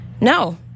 no